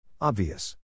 Obvious